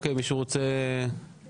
(הישיבה נפסקה בשעה 10:25 ונתחדשה בשעה